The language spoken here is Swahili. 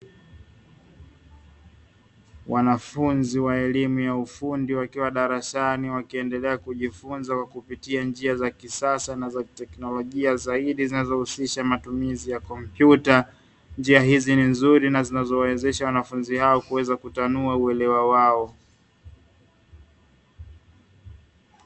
Wanafunzi wa elimu ya ufundi, wakiwa darasani, wakiendelea kujifunza kwa kupitia njia za kisasa na za kiteknolojia zaidi zinazohusisha matumizi ya kompyuta. Njia hizi ni nzuri na zinazowawezesha wanafunzi hao kuweza kutanua uelewa wao.